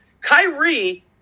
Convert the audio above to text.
Kyrie